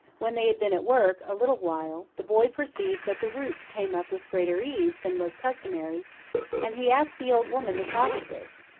when they had been at work a little while, the boy perceived that the roots came up with greater ease than was customary and he asked the old woman the cause of this,